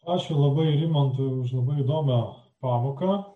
ačiū labai rimantui už labai įdomią pamoką